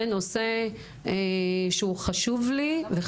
זה נושא שהוא חשוב לי.